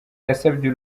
yasabye